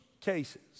cases